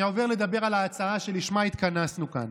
אני עובר לדבר על ההצעה שלשמה התכנסנו כאן.